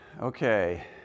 Okay